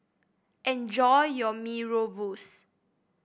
enjoy your Mee Rebus